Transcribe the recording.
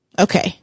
okay